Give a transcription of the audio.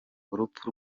urupfu